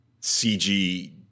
CG